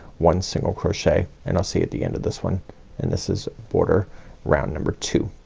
one single crochet and i'll see at the end of this one and this is border round number two.